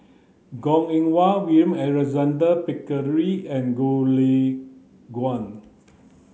Goh Eng Wah William Alexander Pickering and Goh Lay Kuan